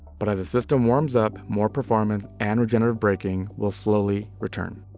but as the system warms up, more performance and regenerative braking will slowing return.